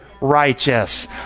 righteous